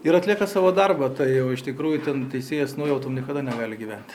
ir atlieka savo darbą tai o iš tikrųjų ten teisėjas nuojautom niekada negali gyvent